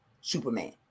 Superman